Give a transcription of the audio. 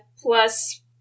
plus